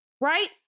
right